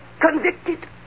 convicted